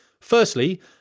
Firstly